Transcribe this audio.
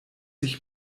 ich